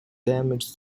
damage